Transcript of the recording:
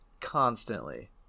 constantly